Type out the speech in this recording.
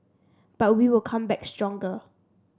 but we will come back stronger